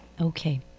Okay